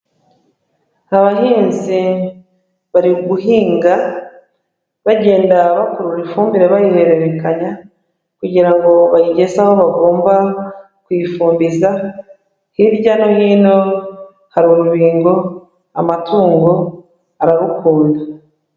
Abahinzi bari guhinga bagenda bakurura ifumbire bayihererekanya kugira ngo bayigeze aho bagomba kuyifumbiza, hirya no hino hari urubingo, amatungo ararukunda.